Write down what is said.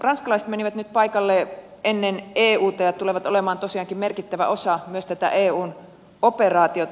ranskalaiset menivät nyt paikalle ennen euta ja tulevat olemaan tosiaankin merkittävä osa myös tätä eun operaatiota